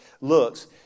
looks